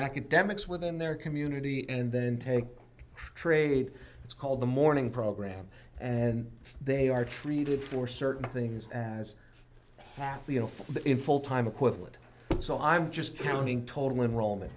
academics within their community and then take trade it's called the morning program and they are treated for certain things as happy you know that in full time equivalent so i'm just coming total enrollment